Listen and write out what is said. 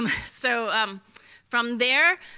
so um from there,